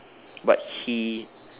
but he